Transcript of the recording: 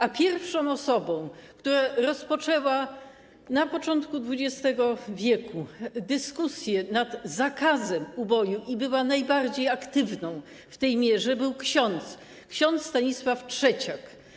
A pierwszą osobą, która rozpoczęła na początku XX w. dyskusję nad zakazem uboju, i była najbardziej aktywna w tej mierze, był ksiądz, ks. Stanisław Trzeciak.